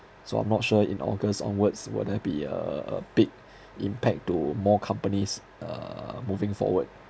so I'm not sure in august onwards will there be a a a big impact to more companies uh moving forward